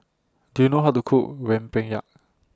Do YOU know How to Cook Rempeyek